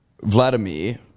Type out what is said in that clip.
Vladimir